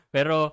Pero